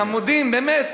חמודים, באמת.